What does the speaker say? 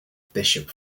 bishop